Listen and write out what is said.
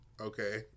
okay